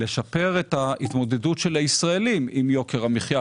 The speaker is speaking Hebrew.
צריך לשפר את ההתמודדות של הישראלים עם יוקר המחייה.